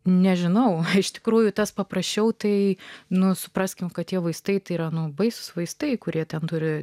nežinau iš tikrųjų tas paprasčiau tai nu supraskime kad tie vaistai tai yra nuo baisūs vaistai kurie tam turi